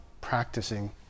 practicing